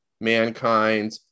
Mankind